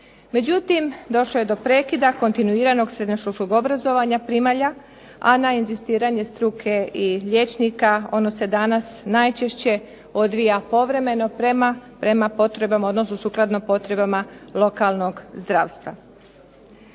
međutim došlo je do prekida kontinuiranog srednjoškolskog obrazovanja primalja, a na inzistiranje struke i liječnika ono se danas najčešće odvija povremeno, prema potrebama, odnosno sukladno potrebama lokalnog zdravstva.